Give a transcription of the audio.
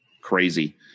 crazy